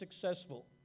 successful